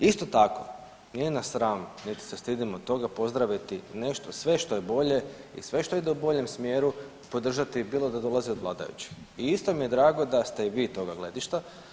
Isto tako nije nas sram niti se stidimo toga pozdraviti nešto što je bolje i sve što ide u boljem smjeru podržati bilo da dolazi od vladajućih i isto mi je drago da ste i vi toga gledišta.